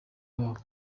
babo